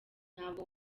ntabwo